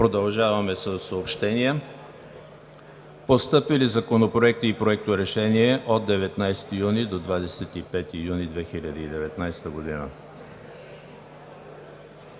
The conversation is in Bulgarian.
Продължаваме със съобщения. Постъпили законопроекти и проекторешения 19 – 25 юни 2019 г.: